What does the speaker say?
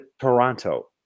toronto